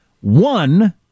One